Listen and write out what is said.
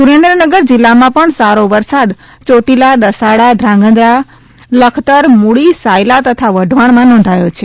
સુરેન્દ્રનગર જિલ્લામાં પણ સારો વરસાદ ચોટીલા દસાડા ધ્રાંગધ્રા લખતર મૂળી સાયલા તથા વઢવાજ઼માં નોંધાયો છે